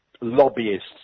lobbyists